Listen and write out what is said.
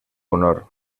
honor